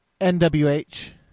NWH